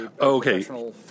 Okay